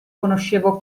conoscevo